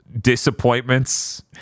disappointments